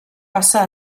passà